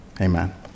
Amen